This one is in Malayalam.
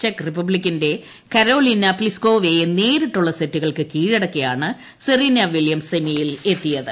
ചെക്ക് റിപ്പബ്ലിക്കിന്റെ കരോലിനാ പ്തിസ്കോവയെ നേരിട്ടുള്ള സെറ്റുകൾക്ക് കീഴടക്കിയാണ് സെറീന വില്യംസ് സെമിയിൽ എത്തിയത്